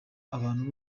abantu